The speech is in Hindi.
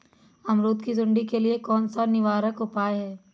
अमरूद की सुंडी के लिए कौन सा निवारक उपाय है?